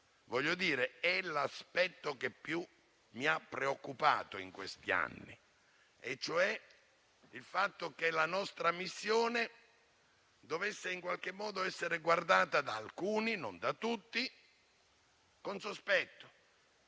a lei. Questo è l'aspetto che più mi ha preoccupato in questi anni, cioè il fatto che la nostra missione dovesse essere guardata - da alcuni, non da tutti - con sospetto;